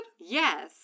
Yes